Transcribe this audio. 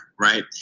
right